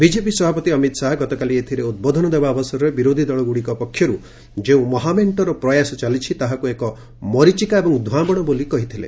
BJP ସଭାପତି ଅମିତ ଶାହା ଗତକାଲି ଏଥିରେ ଉଦ୍ବୋଧନ ଦେବା ଅବସରରେ ବିରୋଧୀ ଦଳଗୁଡ଼ିକ ପକ୍ଷରୁ ଯେଉଁ ମହାମେଙ୍କର ପ୍ରୟାସ ଚାଲିଛି ତାହାକୁ ଏକ ମରିଚିକା ଏବଂ ଧୃଆଁବାଣ ବୋଲି କହିଥିଲେ